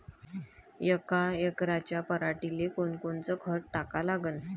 यका एकराच्या पराटीले कोनकोनचं खत टाका लागन?